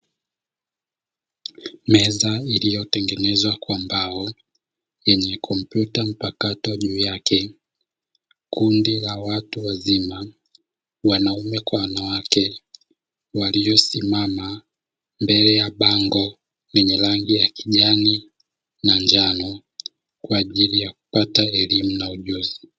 Meza iliyotengenezwa kwa mbao yenye kompyuta mpakato juu yake, kundi la watu wazima (wanaume kwa wanawake) waliosimama mbele ya bango lenye rangi ya kijani na njano, kwa ajili ya kupata elimu na ujuzi.